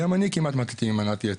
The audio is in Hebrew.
גם אני כמעט מתתי ממנת יתר,